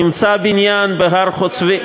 נמצא בניין בהר-חוצבים.